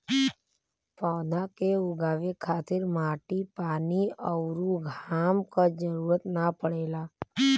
पौधा के उगावे खातिर माटी पानी अउरी घाम क जरुरत ना पड़ेला